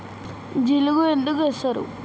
జిలుగు ఎందుకు ఏస్తరు?